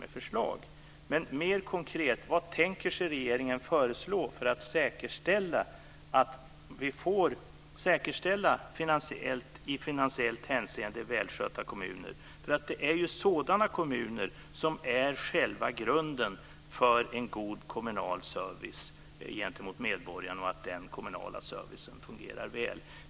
Men jag vill veta mer konkret: Vad tänker regeringen föreslå för att säkerställa att vi får i finansiellt hänseende välskötta kommuner? Det är ju sådana kommuner som är själva grunden för en god kommunal service gentemot medborgaren och för att den kommunala servicen fungerar väl.